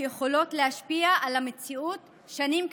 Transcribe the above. שיכולות להשפיע על המציאות שנים קדימה.